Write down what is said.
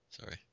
Sorry